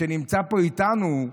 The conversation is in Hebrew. שנמצא פה איתנו,